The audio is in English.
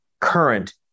current